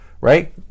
Right